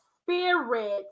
spirit